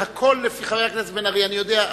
חבר הכנסת בן-ארי, אני יודע.